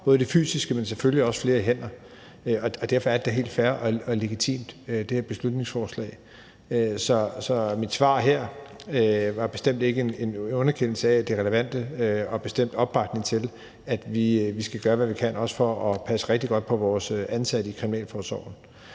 både de fysiske, men selvfølgelig også i form af flere hænder, og derfor er det da helt fair og legitimt med det her beslutningsforslag. Så mit svar her var bestemt ikke en underkendelse af det relevante, og der er bestemt også opbakning til, at vi skal gøre, hvad vi kan, for at passe rigtig godt på vores ansatte i kriminalforsorgen.